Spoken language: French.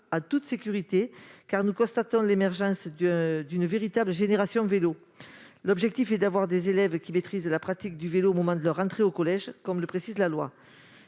en toute sécurité, car nous constatons l'émergence d'une véritable « génération vélo ». L'objectif est de permettre aux élèves de maîtriser la pratique du vélo au moment de leur entrée au collège, comme le précise la loi.